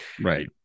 Right